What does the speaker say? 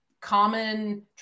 common